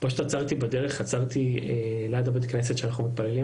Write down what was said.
עצרתי בדרך ליד בית כנסת שאנחנו מתפללים